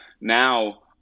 now